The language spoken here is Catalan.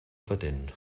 patent